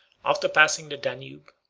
after passing the danube,